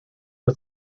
was